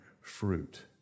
fruit